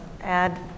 add